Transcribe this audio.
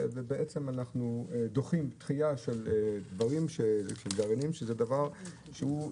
ובעצם אנחנו דוחים דחייה של גרעינים אם